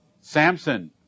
Samson